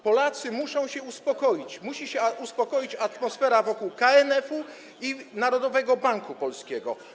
Polacy muszą się uspokoić, musi się uspokoić atmosfera wokół KNF-u i Narodowego Banku Polskiego.